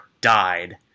died